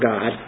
God